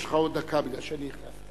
יש לך עוד דקה מפני שאני החלפתי.